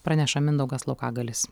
praneša mindaugas laukagalis